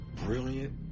brilliant